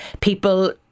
people